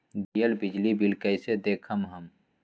दियल बिजली बिल कइसे देखम हम?